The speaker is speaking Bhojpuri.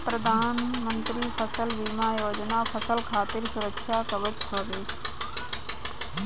प्रधानमंत्री फसल बीमा योजना फसल खातिर सुरक्षा कवच हवे